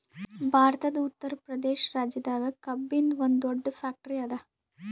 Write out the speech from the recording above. ಭಾರತದ್ ಉತ್ತರ್ ಪ್ರದೇಶ್ ರಾಜ್ಯದಾಗ್ ಕಬ್ಬಿನ್ದ್ ಒಂದ್ ದೊಡ್ಡ್ ಫ್ಯಾಕ್ಟರಿ ಅದಾ